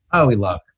oh, we love.